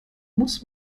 muss